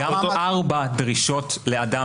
גם אותם ארבע דרישות לאדם זה המון.